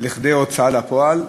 לכדי הוצאה לפועל,